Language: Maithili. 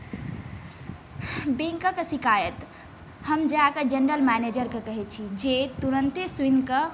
बैंकक शिकायत हम जाए कऽ जेनरल मैनेजरकेँ कहैत छी जे तुरन्ते सुनि कऽ